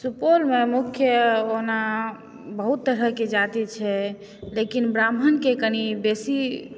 सुपौलमे मुख्य ओना बहुत तरहके जाति छै लेकिन ब्राह्मणके कनि बेसी